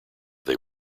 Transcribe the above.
they